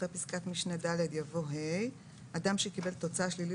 אחרי פסקת משנה (ד) יבוא (ה): "(ה)אדם שקיבל תוצאה שלילית